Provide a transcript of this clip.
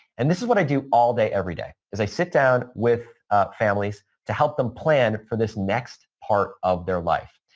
and this is what i do all day every day is i sit down with families to help them plan for this next part of their life.